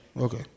Okay